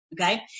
okay